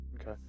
Okay